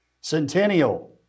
Centennial